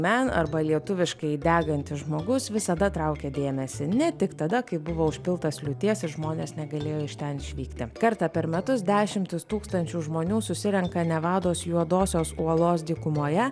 man arba lietuviškai degantis žmogus visada traukė dėmesį ne tik tada kai buvo užpiltas liūties ir žmonės negalėjo iš ten išvykti kartą per metus dešimtys tūkstančių žmonių susirenka nevados juodosios uolos dykumoje